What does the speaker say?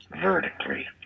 vertically